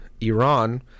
iran